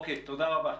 תודה רבה.